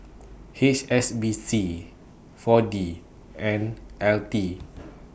H S B C four D and L T